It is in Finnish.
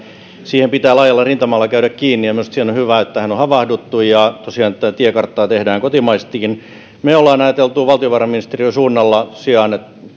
siihen pitää laajalla rintamalla käydä kiinni ja minusta on hyvä että tähän on havahduttu ja tosiaan tätä tiekarttaa tehdään kotimaisestikin me olemme ajatelleet valtiovarainministeriön suunnalla